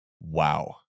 Wow